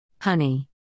Honey